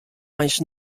eins